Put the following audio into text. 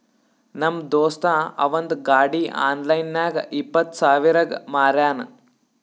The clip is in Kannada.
ನಮ್ ದೋಸ್ತ ಅವಂದ್ ಗಾಡಿ ಆನ್ಲೈನ್ ನಾಗ್ ಇಪ್ಪತ್ ಸಾವಿರಗ್ ಮಾರ್ಯಾನ್